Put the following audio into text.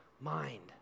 mind